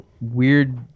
weird